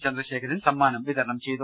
ചന്ദ്രശേഖരൻ സമ്മാനം വിതരണം ചെയ്തു